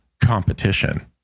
competition